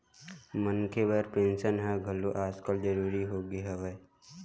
मनखे बर पेंसन ह घलो आजकल जरुरी होगे हवय